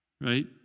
right